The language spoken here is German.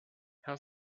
herr